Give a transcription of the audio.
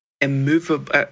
immovable